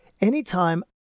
anytime